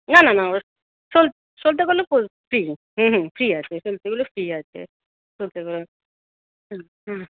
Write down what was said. না না না ওর সল সলতেগুলো ফুল ফ্রি হুম হুম ফ্রি আছে সলতেগুলো ফ্রি আছে সলতেগুলো হুম হুম